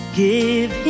give